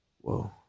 Whoa